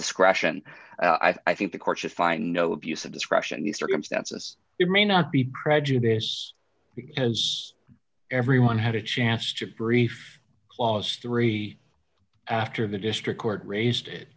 discretion i think the court should find no abuse of discretion the circumstances it may not be prejudice because everyone had a chance to brief clause three after the district court raised it